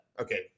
okay